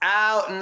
out